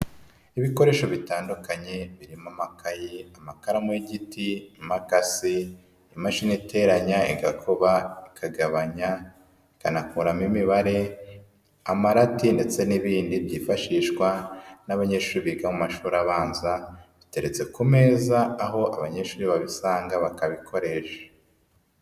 Ibikoresho bitandukanye birimo amakaye, amakaramu y'igiti ,imakasi, imashini iteranya, igakuba, ikagabanya, ikanakuramo imibare, amarati ndetse n'ibindi byifashishwa n'abanyeshuri biga mu mashuri abanza, biteretse ku meza aho abanyeshuri babisanga bakabikoresha.